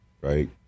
Right